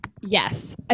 Yes